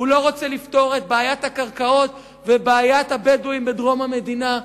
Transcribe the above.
הוא לא רוצה לפתור את בעיית הקרקעות ובעיית הבדואים בדרום המדינה,